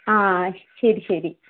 ആ ശരി ശരി